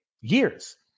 years